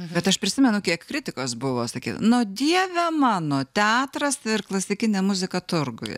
bet aš prisimenu kiek kritikos buvo sakė na o dieve mano teatras ir klasikinė muziką turguje